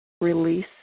release